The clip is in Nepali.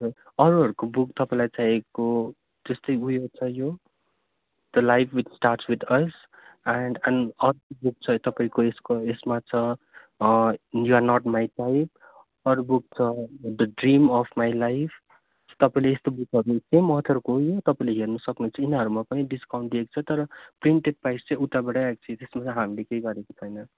अरूहरूको बुक तपाईँलाई चाहिएको त्यस्तै उयो छ यो the life with stars with us and and अर्को बुक छ तपाईँको यसको यसमा छ you are not my type अरू बुक छ the dream of my life तपाईँले यस्तो बुकहरू सेम अथरको हो यो तपाईँले हेर्नु सक्नुहुन्छ यिनीहरूमा पनि डिस्काउन्ट दिएको छ तर प्रिन्टेड प्राइस चाहिँ उताबाटै आएको त्यसमा चाहिँ हामीले केही गरेको छैन